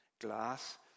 glass